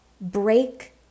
Break